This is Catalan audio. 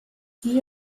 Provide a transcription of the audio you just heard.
qui